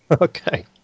Okay